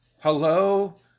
Hello